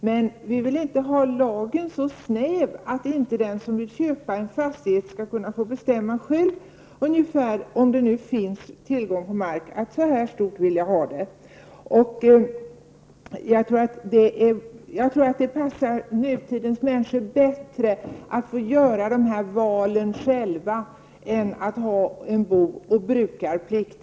Men vi vill inte att lagen skall vara så snäv att den som vill köpa en fastighet inte själv skall kunna bestämma ungefär hur stort han vill ha det, om det nu finns tillgång till mark. Jag tror att det passar nutidens människor bättre att få göra dessa val själva än att ha en bo och brukarplikt.